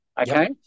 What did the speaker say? okay